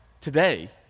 today